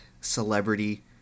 celebrity